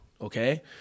Okay